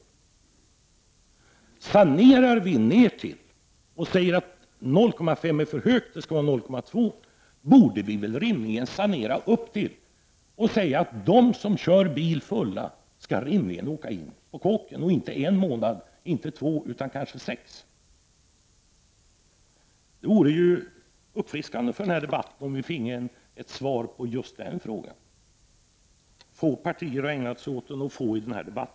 Om vi sanerar nertill och säger att 0,5 Ico är för högt, att det skall vara 0,2 Joo, då borde vi rimligen sanera upptill och säga att de som kör bil fulla skall åka in på kåken, och inte en eller två månader, utan kanske sex månader. Det vore uppfriskande för denna debatt om vi finge ett svar på just den frågan. Få partier och få personer i denna debatt har ägnat sig åt den frågan.